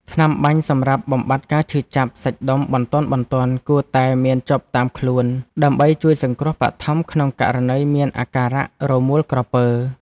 ថ្នាំបាញ់សម្រាប់បំបាត់ការឈឺចាប់សាច់ដុំបន្ទាន់ៗ គួរតែមានជាប់តាមខ្លួន ដើម្បីជួយសង្គ្រោះបឋមក្នុងករណីមានអាការរមួលក្រពើ។